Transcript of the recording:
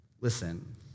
Listen